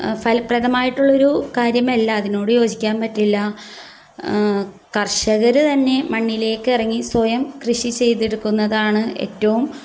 ഫലപ്രദമായിട്ടുള്ളൊരു കാര്യമല്ല അതിനോട് യോജിക്കാൻ പറ്റില്ല കർഷകർ തന്നെ മണ്ണിലേക്ക് ഇറങ്ങി സ്വയം കൃഷി ചെയ്തെടുക്കുന്നതാണ് ഏറ്റവും